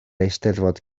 eisteddfod